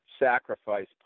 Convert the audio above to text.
sacrifice